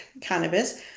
cannabis